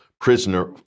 prisoner